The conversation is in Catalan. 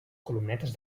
columnetes